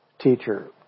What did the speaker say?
teacher